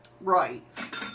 Right